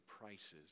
prices